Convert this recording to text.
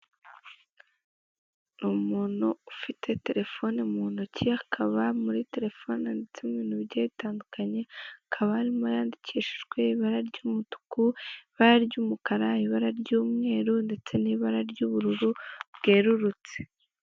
Ni umuntu ufite telefoni mu ntoki hakaba muri telefoni handitsemo ibintu bigiye bitandukanye hakaba harimo ayandikishijwe ibara ry'umutuku, ibara ry'umukara, ibara ry'umweru ndetse n'ibara ry'ubururu bwererutse.